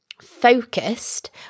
focused